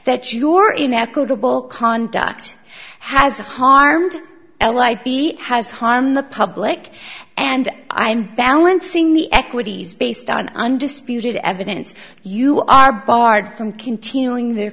that your inequitable conduct has harmed l i b has harmed the public and i'm balancing the equities based on undisputed evidence you are barred from continuing their